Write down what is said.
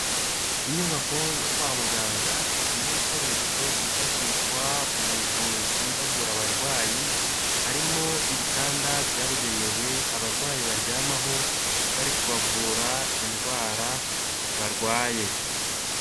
Inyubako yo kwa muganga irimo ibikoresho byifashishwa mu buvuzi bavura abarwayi, harimo ibitanda byabugenewe abarwayi baryamaho bari kubavura indwara barwaye.